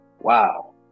Wow